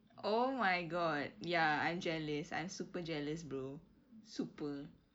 oh my god ya I'm jealous I'm super jealous bro super